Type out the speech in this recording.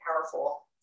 powerful